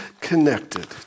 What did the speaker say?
connected